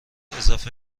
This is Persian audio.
اضافه